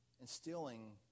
instilling